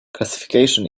classification